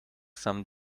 some